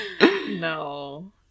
no